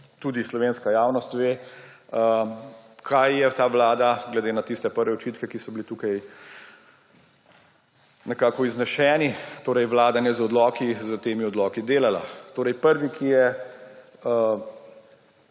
tudi slovenska javnost ve, kaj je ta vlada glede na tiste prve očitke, ki so bili tukaj nekako izneseni, torej vladanje z odloki, s temi odloki delala. Torej prva, ki je